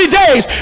days